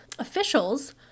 officials